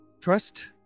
trust